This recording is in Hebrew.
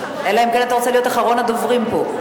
אלא אם כן אתה רוצה להיות אחרון הדוברים פה.